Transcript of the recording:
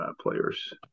players